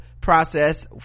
process